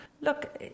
Look